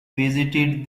visited